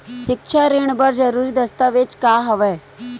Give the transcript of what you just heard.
सिक्छा ऋण बर जरूरी दस्तावेज का हवय?